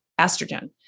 estrogen